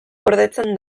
gordetzen